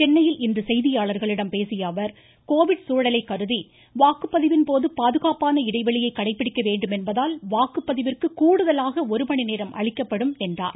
சென்னையில் இன்று பேசிய அவர் கோவிட் சூழலை கருதி வாக்குப்பதிவின் போது பாதுகாப்பான இடைவெளியை கடைபிடிக்க வேண்டும் என்பதால் வாக்குப்பதிவிற்கு கூடுதலாக ஒரு மணிநேரம் அளிக்கப்படும் என்று கூறினார்